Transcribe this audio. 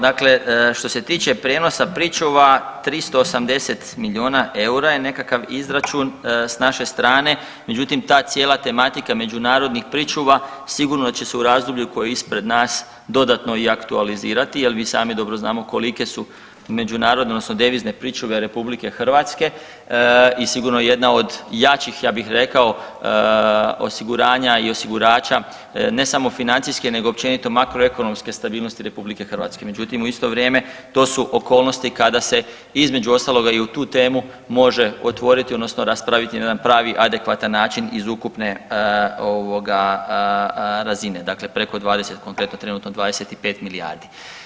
Dakle što se tiče prijenosa pričuva, 380 milijuna eura je nekakav izračun s naše strane, međutim, ta cijela tematika međunarodnih pričuva sigurno će se u razdoblju koje je ispred nas dodatno i aktualizirati jer vi sami dobro znamo kolike su međunarodne odnosno devizne pričuve RH i sigurno jedna od jačih, ja bih rekao, osiguranja i osigurača, ne samo financijske nego općenito makroekonomske stabilnosti RH, međutim, u isto vrijeme, to su okolnosti kada se, između ostaloga i u tu temu može otvoriti odnosno raspraviti na jedan pravi, adekvatan način iz ukupne ovoga, razine, dakle preko 20, konkretno 25 milijardi.